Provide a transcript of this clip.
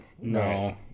no